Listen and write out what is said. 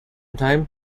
time